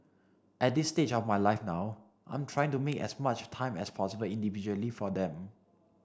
at this stage of my life now I'm trying to make as much time as possible individually for them